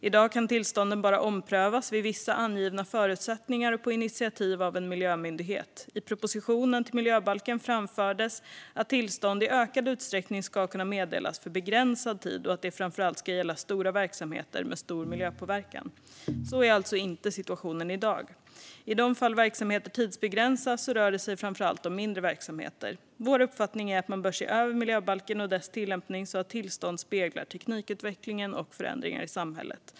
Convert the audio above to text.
I dag kan tillstånden bara omprövas vid vissa angivna förutsättningar och på initiativ av en miljömyndighet. I propositionen till miljöbalken framfördes att tillstånd i ökad utsträckning ska kunna meddelas för begränsad tid och att det framför allt ska gälla stora verksamheter med stor miljöpåverkan. Så är alltså inte situationen i dag. I de fall verksamheter tidsbegränsas rör det sig framför allt om mindre verksamheter. Vår uppfattning är att man bör se över miljöbalken och dess tillämpning, så att tillstånd speglar teknikutvecklingen och förändringar i samhället.